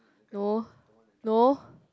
no no